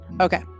okay